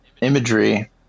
imagery